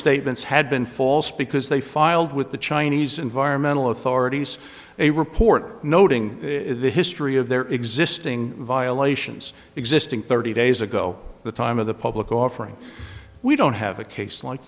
statements had been false because they filed with the chinese environmental authorities a report noting the history of their existing violations existing thirty days ago the time of the public offering we don't have a case like